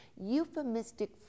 euphemistic